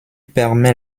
permet